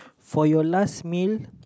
for your last meal